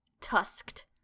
tusked